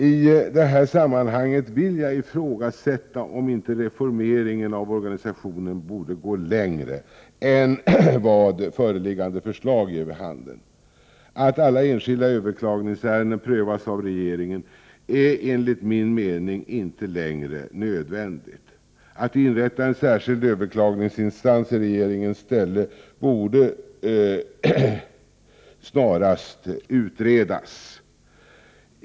I detta sammanhang vill jag ifrågasätta om inte reformeringen av organisationen borde gå längre än vad föreliggande förslag ger vid handen. Att alla enskilda överklagningsärenden prövas av regeringen är enligt min mening inte längre nödvändigt. Att inrätta en särskild överklagningsinstans i regeringens ställe borde snarast utredas.